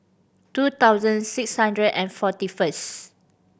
two thousand six hundred and forty first